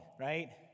right